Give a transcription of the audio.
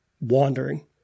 wandering